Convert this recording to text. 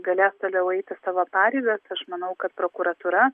galės toliau eiti savo pareigas aš manau kad prokuratūra